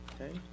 Okay